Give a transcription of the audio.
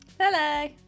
hello